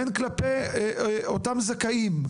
והן כלפי אותם זכאים.